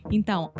Então